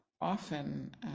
often